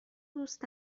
دوست